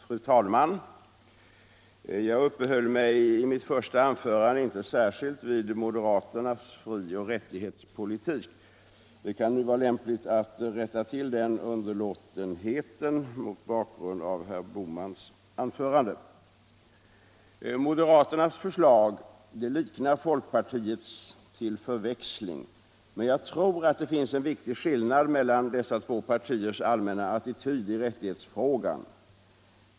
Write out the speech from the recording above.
Fru talman! Jag uppehöll mig i mitt första anförande inte särskilt vid moderaternas frioch rättighetspolitik. Det kan nu vara lämpligt att rätta till den underlåtenheten mot bakgrund av herr Bohmans anförande. Nr 149 Moderaternas förslag liknar folkpartiets till förväxling. Men jag tror Fredagen den att det finns en viktig skillnad mellan dessa två partiers allmänna attityd 4 juni 1976 i rättighetsfrågan.